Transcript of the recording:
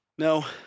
No